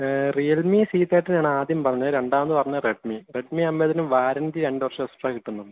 Realme C thirteen ആണ് ആദ്യം പറഞ്ഞത് രണ്ടാമത് പറഞ്ഞത് റെഡ്മീ റെഡ്മിയാവുമ്പോൾ അതിന് വാറണ്ടി രണ്ടുവർഷം എക്സ്ട്രാ കിട്ടുന്നുണ്ട്